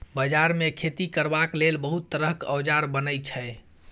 बजार मे खेती करबाक लेल बहुत तरहक औजार बनई छै